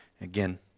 Again